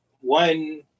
one